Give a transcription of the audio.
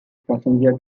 passenger